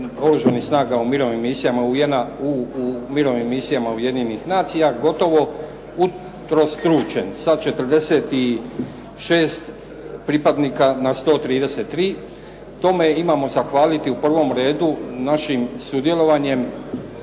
oružanih snaga u mirovnim misijama Ujedinjenih nacija gotovo utrostručen, sa 46 pripadnika na 133. Tome imamo zahvaliti u prvom redu našim sudjelovanjem